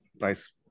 nice